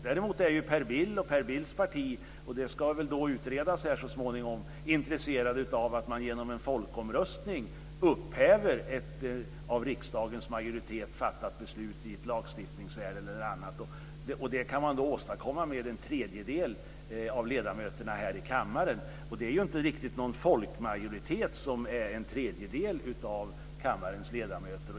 Däremot är Per Bill och Per Bills parti, och det ska väl utredas här så småningom, intresserade av att man genom en folkomröstning upphäver ett av riksdagens majoritet fattat beslut i ett lagstiftningsärende. Det kan man då åstadkomma med en tredjedel av ledamöterna här i kammaren. Det är inte riktigt någon folkmajoritet som är en tredjedel av kammarens ledamöter.